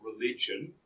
religion